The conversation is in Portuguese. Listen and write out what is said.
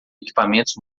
equipamentos